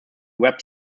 web